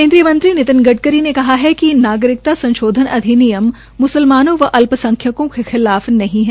केन्द्रीय मंत्री नितिन गडकरी ने कहा है कि नागिरकता संशोधन अधिनियम म्सलमानों और अल्पसंख्यकों के खिलाफ नहीं है